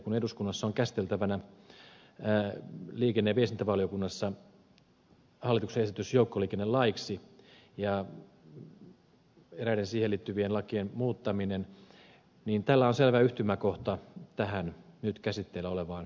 kun eduskunnassa on käsiteltävänä liikenne ja viestintävaliokunnassa hallituksen esitys joukkoliikennelaiksi ja eräiden siihen liittyvien lakien muuttaminen niin tällä on selvä yhtymäkohta tähän nyt käsitteillä olevaan lakiin